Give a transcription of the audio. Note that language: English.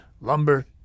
lumber